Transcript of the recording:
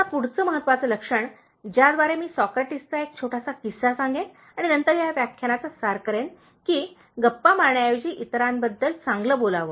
आता पुढचे महत्त्वाचे लक्षण ज्याद्वारे मी सॉक्रेटिसचा एक छोटासा किस्सा सांगेन आणि नंतर ह्या व्याख्यानाचा सार करेन की गप्पा मारण्याऐवजी इतरांबद्दल चांगले बोलावे